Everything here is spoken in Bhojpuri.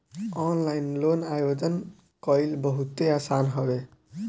ऑनलाइन लोन आवेदन कईल बहुते आसान हवे